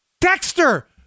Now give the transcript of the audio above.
Dexter